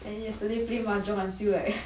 then yesterday play mahjong until like